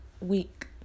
week